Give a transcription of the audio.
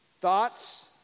Thoughts